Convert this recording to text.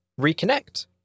reconnect